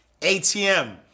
ATM